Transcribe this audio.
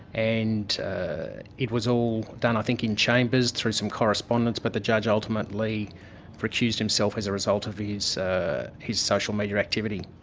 and it was all done i think in chambers through some correspondence, but the judge ultimately recused himself as a result of his social media activity.